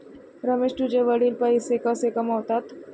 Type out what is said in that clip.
रमेश तुझे वडील पैसे कसे कमावतात?